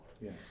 yes